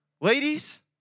Ladies